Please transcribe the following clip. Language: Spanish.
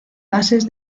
bases